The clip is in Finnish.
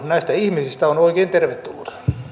näistä ihmisistä on oikein tervetullut